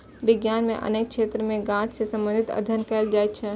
विज्ञान के अनेक क्षेत्र मे गाछ सं संबंधित अध्ययन कैल जाइ छै